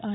I